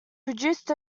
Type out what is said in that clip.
produced